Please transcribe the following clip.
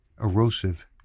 erosive